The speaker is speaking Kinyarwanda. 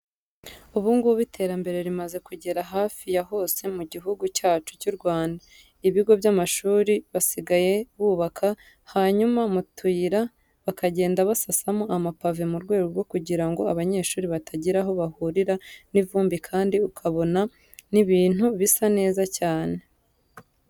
Ubu ngubu iterambere rimaze kugera hafi ya hose mu gihugu cyacu cy'u Rwanda. Ibigo by'amashuri basigaye bubaka, hanyuma mu tuyira bakagenda basasamo amapave mu rwego rwo kugira ngo abanyeshuri batagira aho bahurira n'ivumbi kandi ukabona ni ibintu bisa neza cyane.